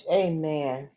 amen